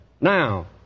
Now